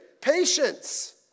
Patience